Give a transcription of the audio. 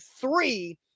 Three